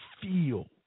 feel